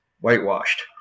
whitewashed